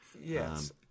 yes